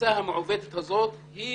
התפיסה המעוותת הזאת היא